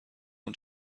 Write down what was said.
اون